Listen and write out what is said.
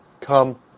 Come